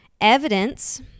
Evidence